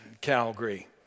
Calgary